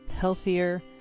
healthier